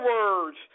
words